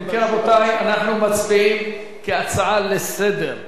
אם כן, רבותי, אנחנו מצביעים כהצעה לסדר-היום,